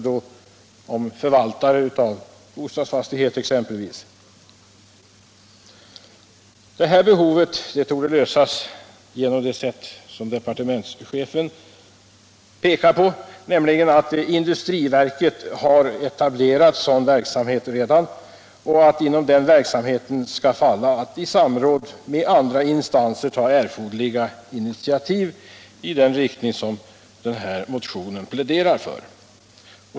Detta behov torde, som departementschefen påpekar, kunna tillgodoses genom att industriverket redan har etablerat sådan verksamhet. Inom ramen för den verksamheten skall falla att man i samråd med andra instanser skall ta erforderliga initiativ i den riktning som den här motionen pläderar för.